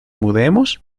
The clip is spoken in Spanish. mudemos